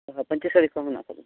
ᱚ ᱯᱟᱹᱧᱪᱤ ᱥᱟᱹᱲᱤ ᱠᱚᱦᱚᱸ ᱢᱮᱱᱟᱜ ᱟᱠᱟᱫᱟ